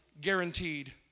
guaranteed